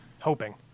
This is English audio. Hoping